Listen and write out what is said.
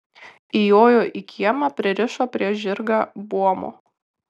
įjojo į kiemą pririšo prie žirgą buomo